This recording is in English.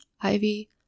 ivy